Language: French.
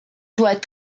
doit